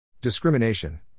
Discrimination